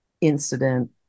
incident